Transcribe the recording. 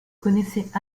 connaissait